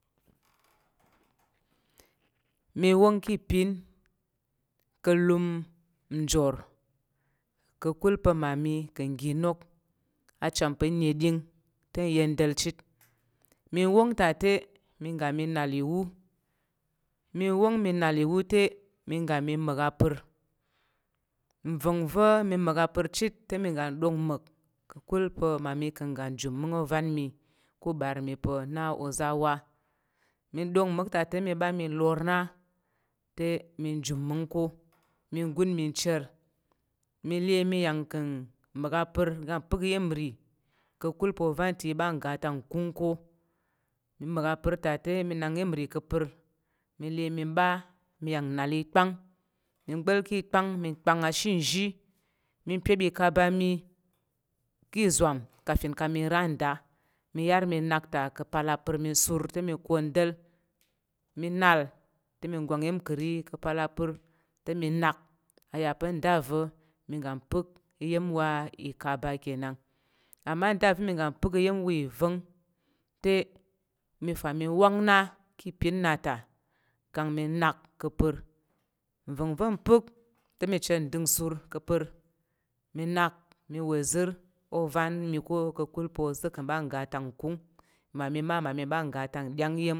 Mi wong ka̱ ipin ka̱ lum ndor ka̱kul pa̱ mmami ka̱ ga nok achan pa̱ neɗing te nyendal chit mi wong tan te mi ga mi nal iwu mi wong mi nal iwu te mi ga mi mek a perr nvanve mi mak ga pər chit te mi dok mok ka̱kul pa̱ mmami kang gan jum mung ovan mi ká̱ ubar mi pa̱ na oza wa min dok mma̱k ta te mi a mi lor na te min jum mung ko mu gun mi cher mi le mi ya ka̱n mak a perr gan pək iyen ri ka̱kul pa̱ a ovan ta i ɓa ga tak nkung ko mi me ka̱ apər ta te mi nak iya̱m nri ka̱ pər mi le mi ɓa mi yang nal ikpang mi bal kipang milbang a shinzhi mi pyep ikaba mi ka̱ izwam kafin kang mi ra nda mi yor mi nak ta ka̱ pal apər mi sur te mi kwanɗal mi nal te mi gwang iya̱m kəri ká pal apər te mi nak aya pa̱ do va mi gong pək iya̱m wa ikaba kenan ama dave mi gang pək iyem wa ivang te mi fa mi wong na ka̱ pin na ta kang mi nak ke pər nvangve npək te mi cher nding sur ke pər mi nak mi wa ser ovan mi ko kakul pe oza̱ ka̱ ɓa ga a tak nkung mmi ma mami ɓa ga tang ɗyang iya̱m.